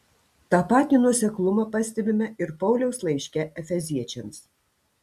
tą patį nuoseklumą pastebime ir pauliaus laiške efeziečiams